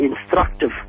instructive